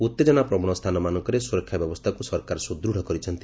ଉତ୍ତେଜନାପ୍ରବଣ ସ୍ଥାନମାନଙ୍କରେ ସୁରକ୍ଷା ବ୍ୟବସ୍ଥାକୁ ସରକାର ସୁଦୃଢ଼ କରିଛନ୍ତି